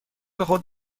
خود